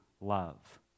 love